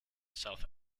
south